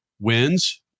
wins